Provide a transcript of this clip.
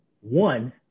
one